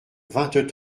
vingt